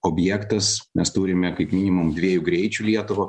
objektas mes turime kaip minimum dviejų greičių lietuvą